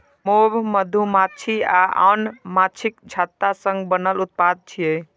मोम मधुमाछी आ आन माछीक छत्ता सं बनल उत्पाद छियै